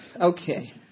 Okay